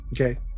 Okay